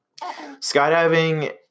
skydiving